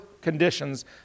conditions